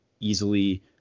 easily